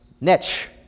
Niche